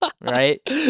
Right